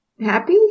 happy